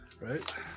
right